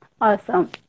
Awesome